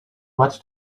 much